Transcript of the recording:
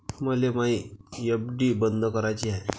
मले मायी एफ.डी बंद कराची हाय